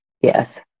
Yes